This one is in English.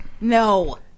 No